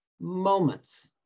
Moments